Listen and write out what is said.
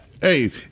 hey